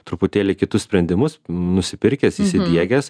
truputėlį kitus sprendimus nusipirkęs įsidiegęs